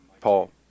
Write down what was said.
Paul